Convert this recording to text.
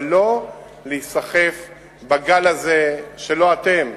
אבל לא להיסחף בגל הזה, שלא אתם,